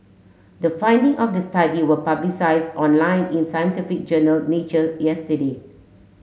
the finding of the study were online in scientific journal Nature yesterday